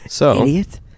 Idiot